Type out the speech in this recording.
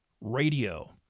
radio